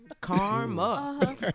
karma